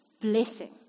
blessing